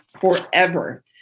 forever